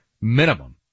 minimum